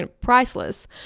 priceless